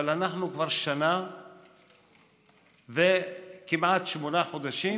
אבל אנחנו כבר שנה וכמעט שמונה חודשים,